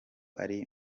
ari